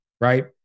right